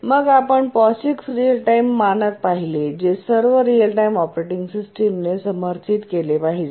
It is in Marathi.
मग आपण POSIX रीअल टाइम मानक पाहिले जे सर्व रीअल टाइम ऑपरेटिंग सिस्टमने समर्थित केले पाहिजे